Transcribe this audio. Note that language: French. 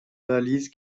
réalisent